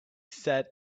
said